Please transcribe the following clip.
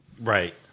Right